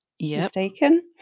mistaken